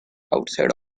outside